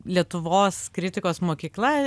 lietuvos kritikos mokykla